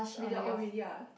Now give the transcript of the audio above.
really oh really ah